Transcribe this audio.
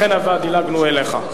לכן דילגנו אליך.